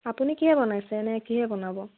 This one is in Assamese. আপুনি কিহে বনাইছে নে কিহে বনাব